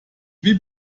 wie